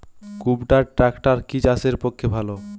কুবটার ট্রাকটার কি চাষের পক্ষে ভালো?